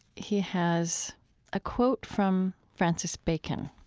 he has a quote from francis bacon.